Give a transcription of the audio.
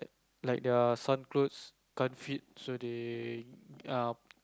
like their some clothes can't fit so they um